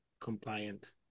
compliant